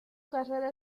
carrera